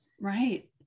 Right